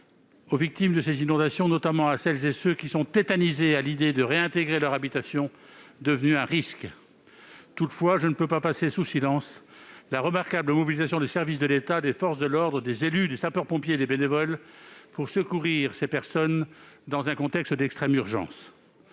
aux victimes de ces inondations, notamment à celles et ceux qui sont tétanisés à l'idée de réintégrer leur habitation, qui représente désormais un risque. Toutefois, je ne peux pas passer sous silence la remarquable mobilisation des services de l'État, des forces de l'ordre, des élus, des sapeurs-pompiers et des bénévoles pour secourir ces personnes dans un contexte d'extrême urgence.